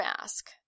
mask